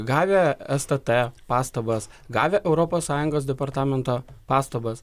gavę stt pastabas gavę europos sąjungos departamento pastabas